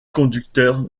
conducteur